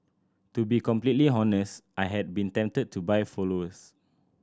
to be completely honest I have been tempted to buy followers